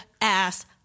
Ass